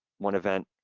one event,